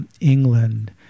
England